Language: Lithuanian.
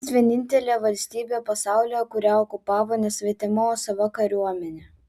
mes vienintelė valstybė pasaulyje kurią okupavo ne svetima o sava kariuomenė